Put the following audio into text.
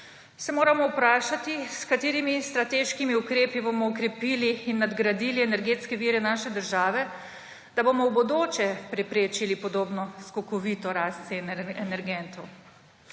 se moramo vprašati, s katerimi strateškimi ukrepi bomo okrepili in nadgradili energetske vire naše države, da bomo v bodoče preprečili podobno skokovito rast cen energentov.